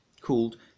called